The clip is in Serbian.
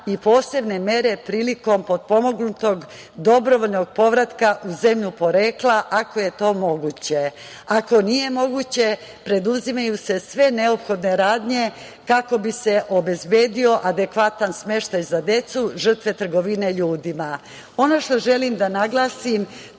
i posebne mere prilikom potpomognutog dobrovoljnog povratka u zemlju porekla, ako je to moguće. Ako nije moguće, preduzimaju se sve neophodne radnje kako bi se obezbedio adekvatan smeštaj za decu žrtve trgovine ljudima. Ono što želim da naglasim,